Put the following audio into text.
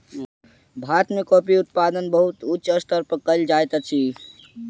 भारत में कॉफ़ी उत्पादन बहुत उच्च स्तर पर कयल जाइत अछि